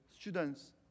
Students